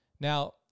now